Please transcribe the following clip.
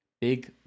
Big